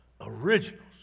Originals